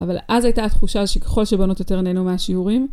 אבל אז הייתה התחושה שככל שבנות יותר נהנו מהשיעורים.